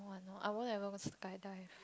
no I will never go sky dive